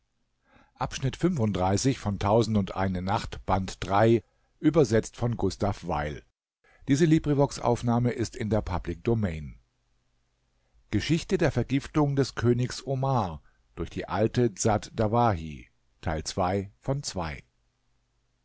geschichte der vergiftung des